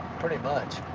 pretty much.